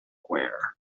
wear